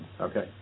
Okay